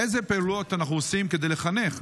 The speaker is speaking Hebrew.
אילו פעולות אנחנו עושים כדי לחנך?